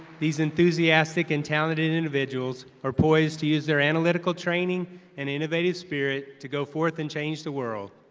these enthusastic and talented individuals are poised to use their analytical training and innovative spirit to go forth and change the world.